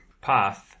path